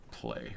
play